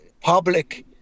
public